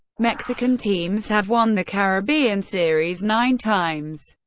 mexican teams have won the caribbean series nine times.